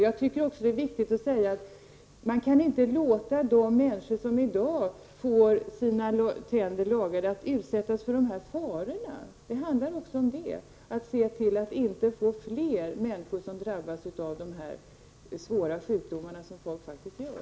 Jag tycker också det är viktigt att säga att man inte kan låta de människor som i dag får sina tänder lagade utsättas för dessa faror. Det handlar också om att se till att vi inte får fler människor som drabbas av dessa svåra sjukdomar.